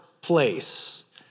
place